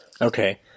Okay